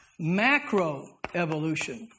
macroevolution